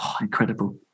Incredible